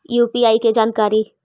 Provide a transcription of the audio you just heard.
UPI के जानकारी?